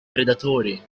predatori